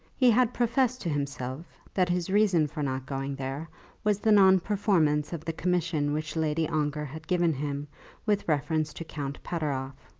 he had professed to himself that his reason for not going there was the non-performance of the commission which lady ongar had given him with reference to count pateroff.